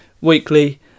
weekly